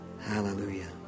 Hallelujah